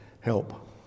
help